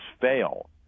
fail